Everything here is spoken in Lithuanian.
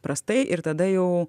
prastai ir tada jau